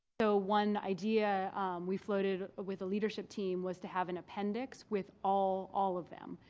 so one idea we floated with the leadership team was to have an appendix with all all of them,